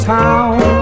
town